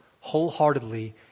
wholeheartedly